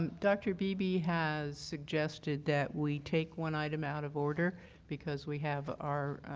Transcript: and dr. beebe has suggested that we take one item out of order because we have our